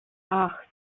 acht